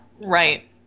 right